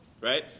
Right